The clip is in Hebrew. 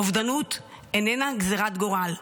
אובדנות איננה גזרת גורל,